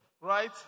right